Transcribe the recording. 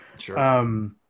Sure